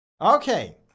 okay